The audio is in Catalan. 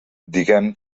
diguem